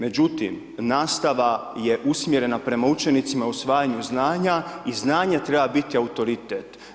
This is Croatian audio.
Međutim, nastava je usmjerena prema učenicima i usvajanju znanja i znanje treba biti autoritet.